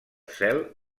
cel